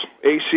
ac